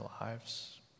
lives